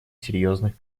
серьезных